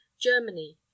Germany